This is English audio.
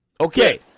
Okay